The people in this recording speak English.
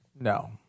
No